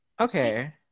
Okay